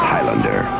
Highlander